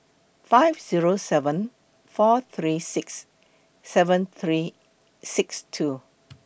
five Zero seven four three six seven three six two